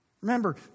Remember